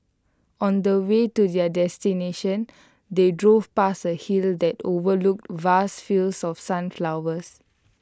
on the way to their destination they drove past A hill that overlooked vast fields of sunflowers